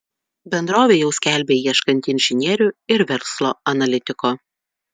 bendrovė jau skelbia ieškanti inžinierių ir verslo analitiko